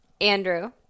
Andrew